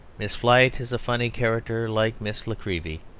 miss flite is a funny character, like miss la creevy,